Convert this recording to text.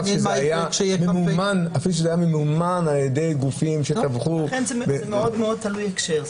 אפילו שזה היה ממומן על-ידי גופים שתמכו -- לכן זה מאוד תלוי בהקשר,